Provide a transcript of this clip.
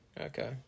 Okay